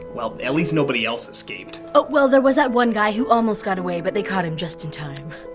well, at least nobody else escaped. oh, well, there was that one guy who almost got away but they caught him just in time.